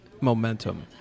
momentum